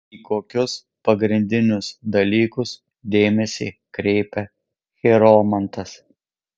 į kokius pagrindinius dalykus dėmesį kreipia chiromantas